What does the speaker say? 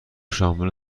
شامل